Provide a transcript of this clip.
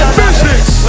business